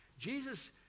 Jesus